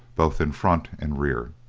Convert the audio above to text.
both in front and rear.